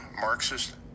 Marxist